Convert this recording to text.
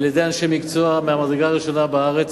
על-ידי אנשי מקצוע מהמדרגה הראשונה בארץ,